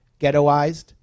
ghettoized